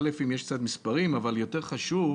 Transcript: האם יש מספרים, אבל יותר חשוב,